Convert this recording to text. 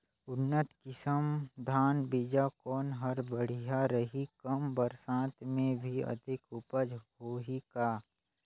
उन्नत किसम धान बीजा कौन हर बढ़िया रही? कम बरसात मे भी अधिक उपज होही का?